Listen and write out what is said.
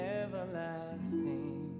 everlasting